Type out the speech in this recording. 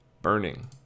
Burning